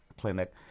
clinic